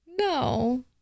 No